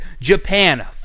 Japan